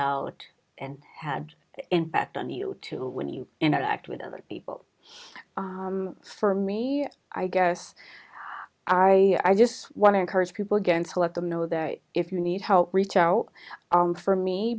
out and had impact on you to when you interact with other people for me i guess i just want to encourage people against to let them know that if you need help reach out for me